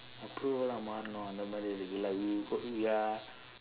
approvala மாறனும் அந்த மாதிரி இருக்கு:maaranum andtha maathiri irukku like ya